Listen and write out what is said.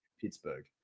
Pittsburgh